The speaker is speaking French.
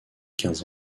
quinze